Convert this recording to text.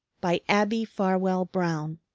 by abbie farwell brown